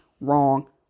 Wrong